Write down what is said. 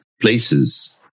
places